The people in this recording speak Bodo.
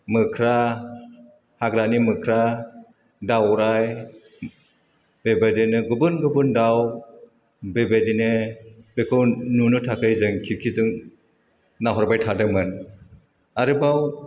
मोख्रा हाग्रानि मोख्रा दाउराइ बेबायदिनो गुबुन गुबुन दाउ बेबायदिनो बेखौ नुनो थाखाइ जों खिरखिजों नाहरबाय थादोंमोन आरोबाव